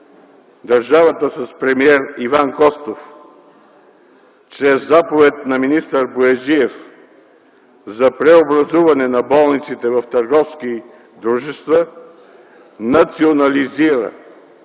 държавата с премиер Иван Костов чрез заповед на министър Бояджиев за преобразуване на болниците в търговски дружества, национализира